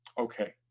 okay,